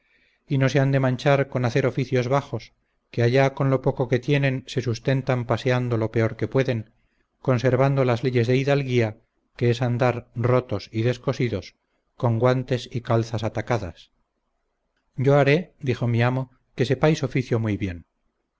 y no se han de manchar con hacer oficios bajos que allá con lo poco que tienen se sustentan paseando lo peor que pueden conservando las leyes de hidalguía que es andar rotos y descosidos con guantes y calzas atacadas yo haré dijo mi amo que sepáis oficio muy bien